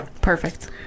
Perfect